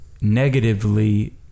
negatively